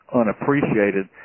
unappreciated